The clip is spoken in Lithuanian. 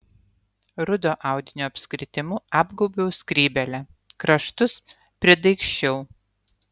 rudo audinio apskritimu apgaubiau skrybėlę kraštus pridaigsčiau